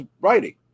writing